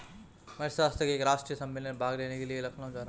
मैं अर्थशास्त्र के एक राष्ट्रीय सम्मेलन में भाग लेने के लिए लखनऊ जा रहा हूँ